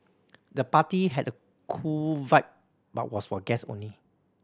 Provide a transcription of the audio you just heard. the party had a cool vibe but was for guests only